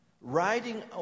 riding